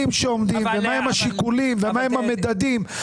שעומדים ומה הם השיקולים ומה הם המדדים.